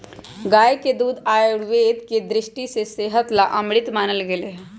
गाय के दूध आयुर्वेद के दृष्टि से सेहत ला अमृत मानल गैले है